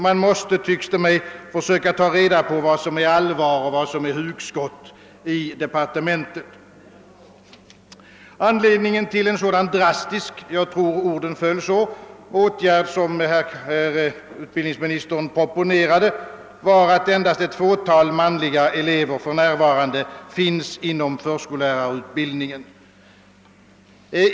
Man måste, tycks det mig, försöka ta reda på vad som är allvar och vad som är hugskott i departementet. Anledningen till en sådan drastisk — jag tror att det var det uttrycket som användes — åtgärd, som herr utbildningsministern proponerade, var att endast ett fåtal manliga elever för närvarande finns inom förskollärarutbildningen.